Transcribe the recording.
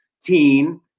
teen